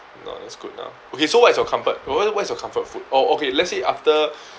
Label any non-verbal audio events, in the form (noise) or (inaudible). no that's good now okay so what's your comfort wh~ what is your comfort food or okay let's say after (breath)